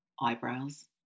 eyebrows